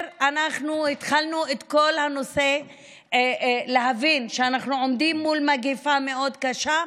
כשהתחלנו להבין שאנחנו עומדים מול מגפה מאוד קשה,